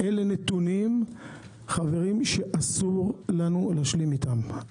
אלה נתונים, חברים, שאסור לנו להשלים איתם.